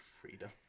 freedom